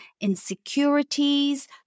insecurities